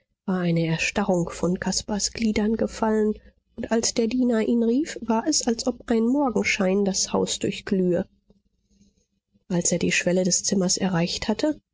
eine erstarrung von caspars gliedern gefallen und als der diener ihn rief war es als ob ein morgenschein das haus durchglühe als er die schwelle des zimmers erreicht hatte